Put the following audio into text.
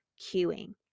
queuing